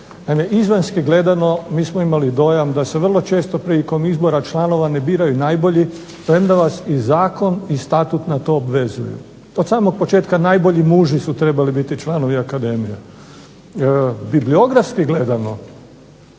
izvanjski gledano mi smo imali dojam da se dosta često prilikom izbora članova ne biraju najbolji, premda vas i Zakon i Statut na to obvezuje, od samog početka najbolji muži su trebali biti članovi Akademije.